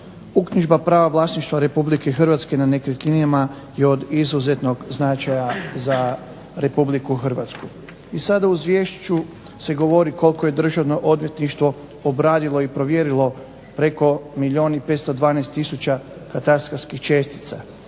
Uknjižba prava vlasništva Republike Hrvatske na nekretninama je od izuzetnog značaja za Republiku Hrvatsku. I sada u izvješću se govori koliko je državno odvjetništvo obradilo i provjerilo preko milijun i 512 tisuća katastarskih čestica,